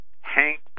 Hank